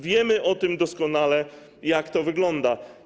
Wiemy o tym doskonale, jak to wygląda.